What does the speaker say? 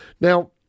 Now